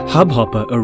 Hubhopper